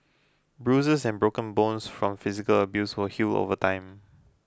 bruises and broken bones from physical abuse will heal over time